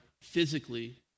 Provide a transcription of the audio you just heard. physically